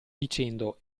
dicendo